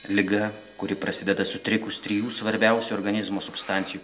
liga kuri prasideda sutrikus trijų svarbiausių organizmo substancijų